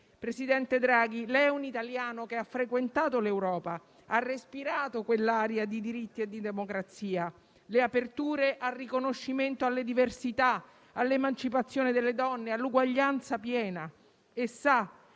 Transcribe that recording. presidente Draghi, lei è un italiano che ha frequentato l'Europa e ha respirato quell'aria di diritti e di democrazia, le aperture al riconoscimento delle diversità, all'emancipazione delle donne, all'uguaglianza piena